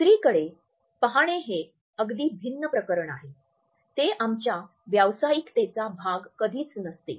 दुसरीकडे पाहणे हे अगदी भिन्न प्रकरण आहे ते आमच्या व्यावसायिकतेचा भाग कधीच नसते